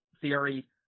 theory